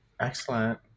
Excellent